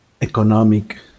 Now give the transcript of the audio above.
economic